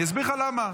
אני אסביר לך למה.